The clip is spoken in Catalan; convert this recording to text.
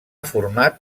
format